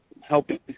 helping